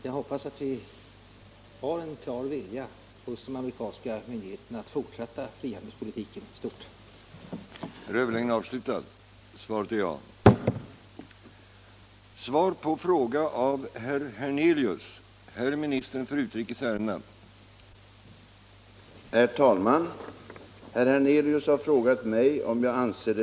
Jag hoppas att det skall vara en klar vilja hos de amerikanska myndigheterna att fortsätta frihandelspolitiken i stort sett.